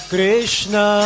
Krishna